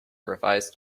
revised